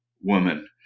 woman